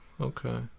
Okay